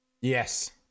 Yes